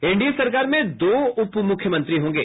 NDA सरकार में दो उपमुख्यमंत्री होंगे